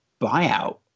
buyout